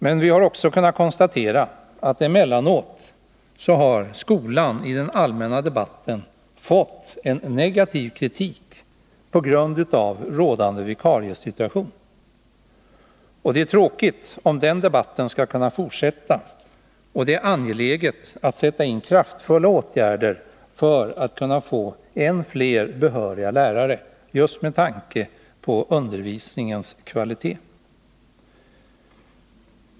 Men vi har också kunnat konstatera att skolan emellanåt i den allmänna debatten fått negativ kritik på grund av rådande vikariesituation. Det är tråkigt om den debatten skall behöva fortsätta, och det är angeläget att man sätter in kraftfulla åtgärder för att kunna få än fler behöriga lärare, just med tanke på undervisningens kvalitet.